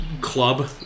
club